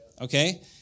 okay